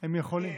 הם יכולים.